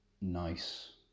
nice